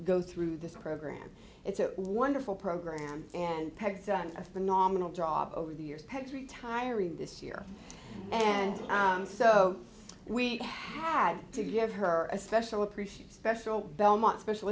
go through this program it's a wonderful program and peggs done a phenomenal job over the years perhaps retiring this year and i'm so weak i have to give her a special appreciate special belmont special